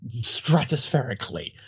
stratospherically